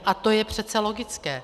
A to je přece logické.